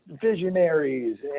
visionaries